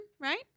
right